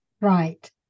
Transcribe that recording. right